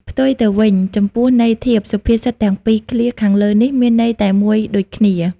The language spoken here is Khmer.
ផ្ទុយទៅវិញ ចំពោះន័យធៀប សុភាសិតទាំងពីរឃ្លាខាងលើនេះ មានន័យតែមួយដូចគ្នា ។